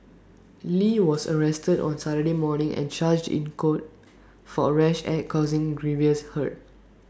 lee was arrested on Saturday morning and charged in court for A rash act causing grievous hurt